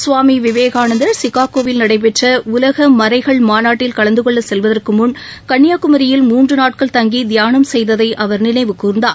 சுவாமிவிவேகானந்தர் சிகாகோவில் நடைபெற்றஉலகமறைகள் மாநாட்டில் கலந்துகொள்ளசெல்வதற்குமுன் கன்னியாகுமரியில் மூன்றுநாட்கள் தங்கிதியானம் செய்ததைஅவர் நினைவுகூர்ந்தார்